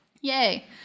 Yay